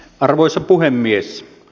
arvoisa puhemies